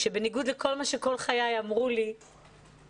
שבניגוד לכל מה שכל חיי אמרו לי במערכת,